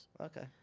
Okay